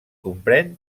comprèn